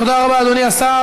תודה רבה, אדוני השר.